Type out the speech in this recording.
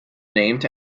named